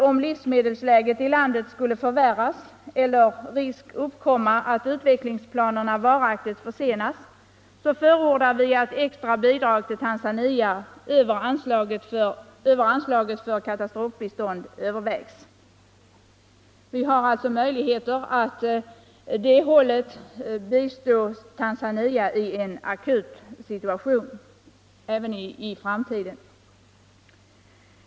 Om livsmedelsläget i landet skulle förvärras eller risk uppstå att utvecklingsplanerna varaktigt försenas förordar vi i motionen att extra bidrag till Tanzania över anslaget för katastrofbistånd övervägs. Vi har alltså möjligheter att den vägen bistå Tanzania i en akut situation även i framtiden.